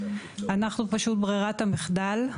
אנחנו פשוט ברירת המחדל,